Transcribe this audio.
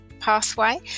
pathway